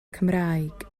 cymraeg